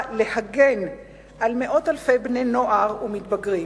להגן על מאות אלפי בני-נוער ומתבגרים.